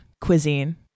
cuisine